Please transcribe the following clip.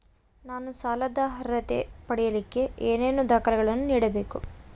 ನಾನು ಸಾಲದ ಅರ್ಹತೆ ಪಡಿಲಿಕ್ಕೆ ಏನೇನು ದಾಖಲೆಗಳನ್ನ ನೇಡಬೇಕು?